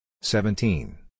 Seventeen